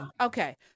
Okay